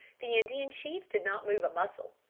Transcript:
the indian chief did not move a muscle.